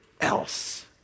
else